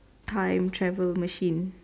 time travel machine